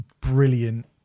brilliant